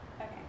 Okay